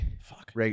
Fuck